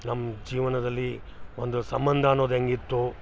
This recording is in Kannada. ನಮ್ಮ ಜೀವನದಲ್ಲಿ ಒಂದು ಸಂಬಂಧ ಅನ್ನೋದು ಹೆಂಗಿತ್ತು